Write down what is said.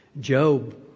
Job